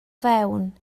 fewn